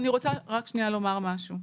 אני רוצה רק שנייה לומר משהו.